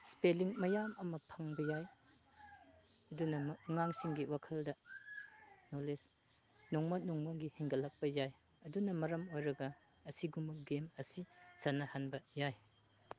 spelling ꯃꯌꯥꯝ ꯑꯃ ꯐꯪꯕ ꯌꯥꯏ ꯑꯗꯨꯅ ꯑꯉꯥꯡꯁꯤꯡꯒꯤ ꯋꯥꯈꯜꯗ ꯅꯣꯂꯦꯖ ꯅꯣꯡꯃ ꯅꯣꯡꯃꯒꯤ ꯍꯦꯟꯒꯠꯂꯛꯄ ꯌꯥꯏ ꯑꯗꯨꯅ ꯃꯔꯝ ꯑꯣꯏꯔꯒ ꯑꯁꯤꯒꯨꯝꯕ ꯒꯦꯝ ꯑꯁꯤ ꯁꯥꯟꯅꯍꯟꯕ ꯌꯥꯏ